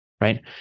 right